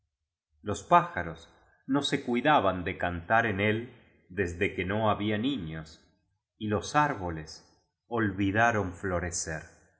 invierno lospájaros no se cuidaban de cantar en él desde que no había niños y los ár boles olvidaron florecer